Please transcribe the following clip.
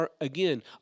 again